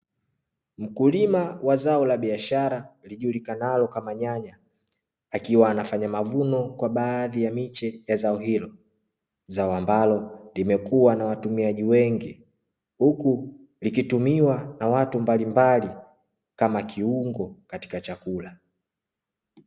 Mkulima wa zao la biashara lijulikanalo kama nyanya, akiwa anafanya mavuno kwa baadhi ya miche ya zao hilo, zao ambalo limekuwa na watumiaji wengi, huku likitumiwa na watu mbalimbali, kama kiungo katika chakula.